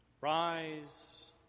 rise